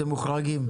הם מוחרגים.